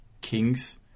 kings